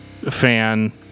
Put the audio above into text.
fan